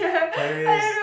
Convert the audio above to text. Paris